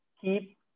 keep